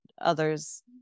others